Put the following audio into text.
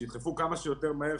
שידחפו כמה שיותר מהר,